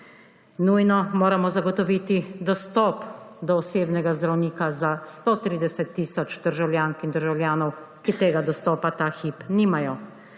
Nujno moramo zagotoviti dostop do osebnega zdravnika za 130 tisoč državljank in državljanov, ki tega dostopa ta hip nimajo.